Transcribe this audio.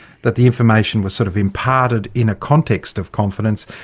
that the information was sort of imparted in a context of confidence,